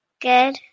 Good